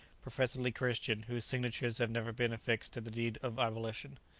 professedly christian, whose signatures have never been affixed to the deed of abolition.